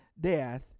Death